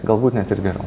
galbūt net ir geriau